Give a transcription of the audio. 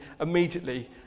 immediately